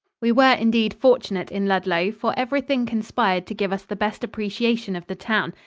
we were indeed fortunate in ludlow, for everything conspired to give us the best appreciation of the town,